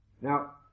Now